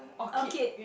orchid